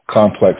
complex